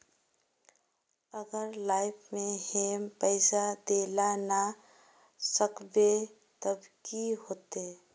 अगर लाइफ में हैम पैसा दे ला ना सकबे तब की होते?